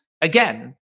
again